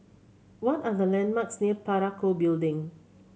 what are the landmarks near Parakou Building